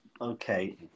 Okay